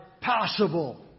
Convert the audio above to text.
possible